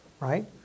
right